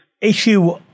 issue